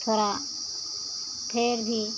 थोड़ा फिर भी